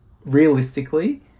realistically